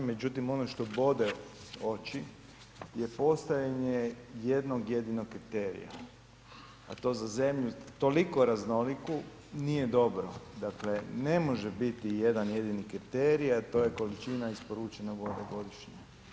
Međutim, ono što bode oči je postojanje jednog jedinog kriterija a to za zemlju toliko raznoliku nije dobro dakle, ne može biti jedan jedini kriterij a to je količina isporučene vode godišnje.